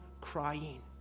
crying